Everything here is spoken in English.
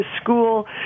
school